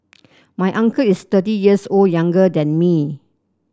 my uncle is thirty years old younger than me